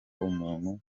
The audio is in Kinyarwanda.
umuntu